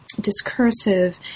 discursive